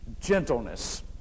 gentleness